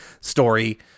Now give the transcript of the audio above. story